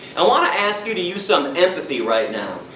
i want to ask you, to use some empathy right now.